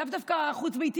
לאו דווקא חוץ-ביתיות,